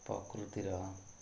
ପ୍ରକୃତିର